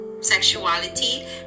Sexuality